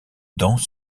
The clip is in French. danse